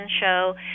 show